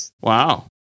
wow